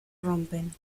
rompen